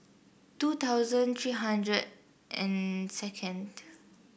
two thousand three hundred and second